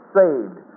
saved